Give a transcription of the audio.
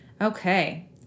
Okay